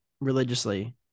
religiously